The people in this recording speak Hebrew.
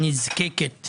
הנזקקת